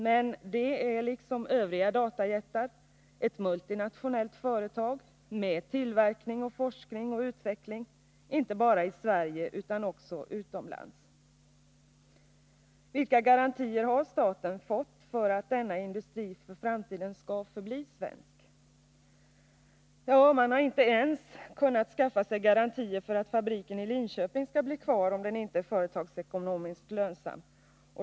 Men det är liksom övriga datajättar ett multinationellt företag med tillverkning, forskning och utveckling inte bara i Sverige utan också utomlands. Vilka garantier har staten fått för att denna industri för framtiden skall förbli svensk? Ja, man har inte ens kunnat skaffa sig garantier för att fabriken i Linköping skall bli kvar om den inte är företagsekonomiskt lönsam.